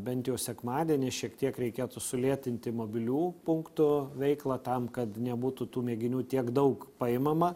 bent jau sekmadienį šiek tiek reikėtų sulėtinti mobilių punktų veiklą tam kad nebūtų tų mėginių tiek daug paimama